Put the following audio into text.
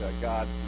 God